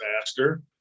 disaster